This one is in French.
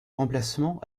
remplacement